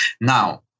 Now